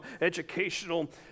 educational